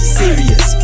serious